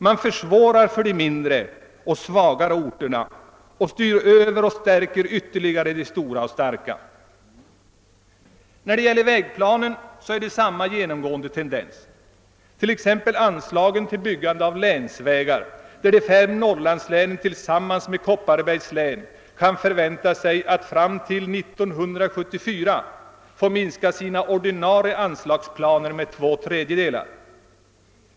Man försvårar för de mindre och svagare orterna och styr över och stärker ytterligare de stora och starka. Beträffande vägplanen är tendensen genomgående densamma. Det gäller t.ex. anslagen till byggande av länsvägar där de fem Norrlandslänen tillsammans med Kopparbergs län kan förvänta sig att fram till 1974 få minska sina ordinarie anslagsplaner med två tredjedelar.